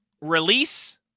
release